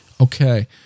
Okay